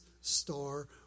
star